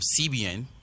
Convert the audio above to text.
CBN